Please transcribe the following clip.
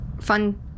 fun